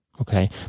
okay